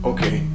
Okay